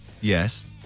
yes